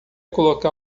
colocar